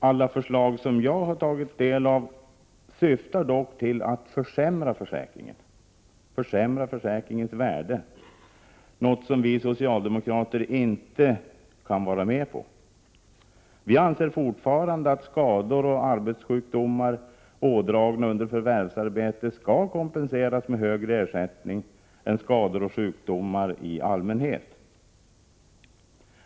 Alla förslag som jag har tagit del av syftar dock till att försämra försäkringens värde, något som vi socialdemokrater inte kan vara med på. Vi anser fortfarande att skador och arbetssjukdomar ådragna under förvärvsarbete skall kompenseras med högre ersättning än skador och sjukdomar i allmänhet.